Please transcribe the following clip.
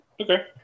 Okay